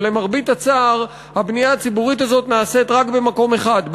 אבל למרבה הצער הבנייה הציבורית הזאת נעשית רק במקום אחד,